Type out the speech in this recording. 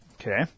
okay